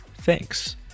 Thanks